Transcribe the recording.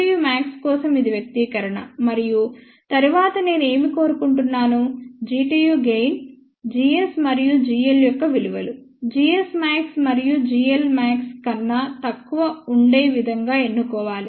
Gtu max కోసం ఇది వ్యక్తీకరణ మరియు తరువాత నేను ఏమి కోరుకుంటున్నాను Gtu గెయిన్ gs మరియు gl యొక్క విలువలు gs max మరియు gl max కన్నా తక్కువ ఉండే విధంగా ఎన్నుకోవాలి